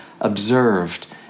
observed